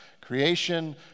creation